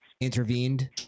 intervened